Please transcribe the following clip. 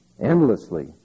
endlessly